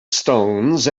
stones